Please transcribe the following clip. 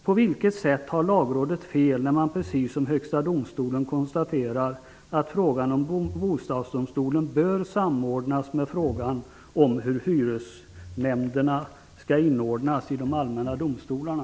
På vilket sätt har Lagrådet fel när man precis som Högsta domstolen konstaterar att frågan om Bostadsdomstolen bör samordnas med frågan om hur hyresnämnderna skall inordnas i de allmänna domstolarna?